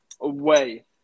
away